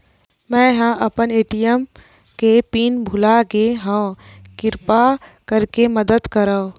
मेंहा अपन ए.टी.एम के पिन भुला गए हव, किरपा करके मदद करव